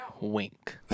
Wink